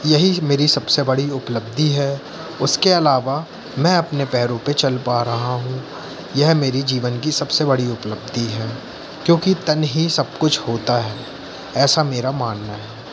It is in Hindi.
यही मेरी सबसे बड़ी उपलब्धि है उसके अलावा मैं अपने पैरों पे चल पा रहा हूँ यह मेरे जीवन की सबसे बड़ी उपलब्धि है क्योंकि तन ही सब कुछ होता है ऐसा मेरा मानना है